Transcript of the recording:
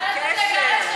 מה הקשר?